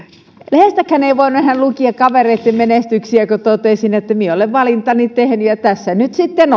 lehdestäkään ei voinut enää lukea kavereitten menestyksistä kun totesin että minä olen valintani tehnyt ja tässä nyt sitten